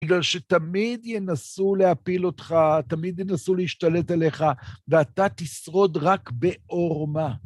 בגלל שתמיד ינסו להפיל אותך, תמיד ינסו להשתלט עליך, ואתה תשרוד רק בעורמה.